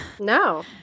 No